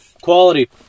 quality